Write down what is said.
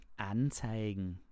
Anzeigen